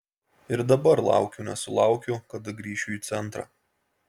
ir dabar laukiu nesulaukiu kada grįšiu į centrą